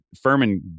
Furman